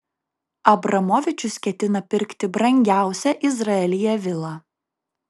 abramovičius ketina pirkti brangiausią izraelyje vilą